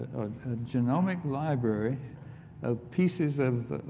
genomic library of pieces of